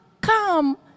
come